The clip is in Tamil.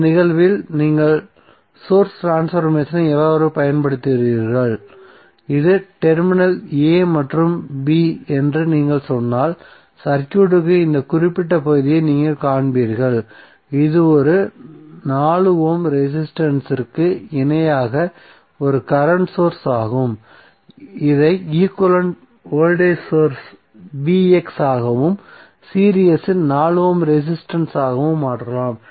இந்த நிகழ்வில் நீங்கள் சோர்ஸ் ட்ரான்ஸ்பர்மேசனை எவ்வாறு பயன்படுத்துவீர்கள் இது டெர்மினல் a மற்றும் b என்று நீங்கள் சொன்னால் சர்க்யூட்க்கு இந்த குறிப்பிட்ட பகுதியை நீங்கள் காண்பீர்கள் இது ஒரு 4 ஓம் ரெசிஸ்டன்ஸ் இற்கு இணையாக ஒரு கரண்ட் சோர்ஸ் ஆகும் இதை ஈக்வலன்ட் வோல்டேஜ் சோர்ஸ் ஆகவும் சீரிஸ் இல் 4 ஓம் ரெசிஸ்டன்ஸ் ஆகவும் மாற்றலாம்